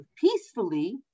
peacefully